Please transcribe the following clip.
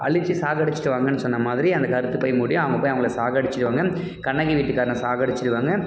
அழிச்சு சாகடிச்சிட்டு வாங்கன்னு சொன்ன மாதிரி அந்தக் கருத்து போய் முடியும் அவங்க போய் அவங்கள சாகடிச்சிடுவாங்க கண்ணகி வீட்டுக்காரனை சாகடிச்சிடுவாங்க